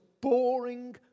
boring